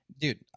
dude